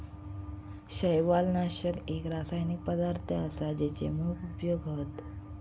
शैवालनाशक एक रासायनिक पदार्थ असा जेचे मोप उपयोग हत